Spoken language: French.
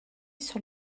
sur